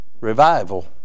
revival